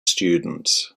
students